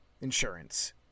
insurance